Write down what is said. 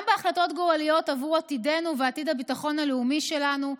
גם בהחלטות גורליות עבור עתידנו ועתיד הביטחון הלאומי שלנו,